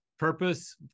Purpose